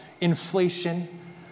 inflation